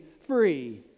free